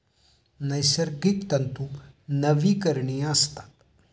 नैसर्गिक तंतू नवीकरणीय असतात